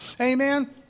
Amen